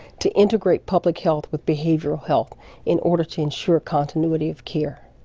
to integrate public health with behavioral health in order to ensure continuity of care.